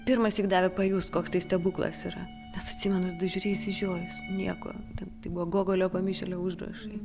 pirmąsyk davė pajust koks stebuklas yra tas atsimenu tu žiūri išsižiojęs nieko ten buvo gogolio pamišėlio užrašai